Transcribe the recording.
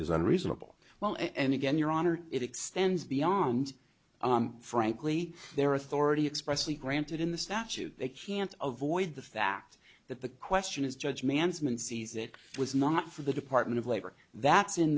is unreasonable well and again your honor it extends beyond frankly their authority expressly granted in the statute they can't avoid the fact that the question is judge mansmann sees it was not for the department of labor that's in